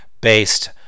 based